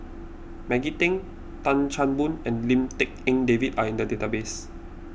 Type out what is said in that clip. Maggie Teng Tan Chan Boon and Lim Tik En David are in the database